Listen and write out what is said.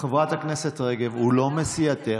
חברת הכנסת רגב, הוא לא מסיעתך.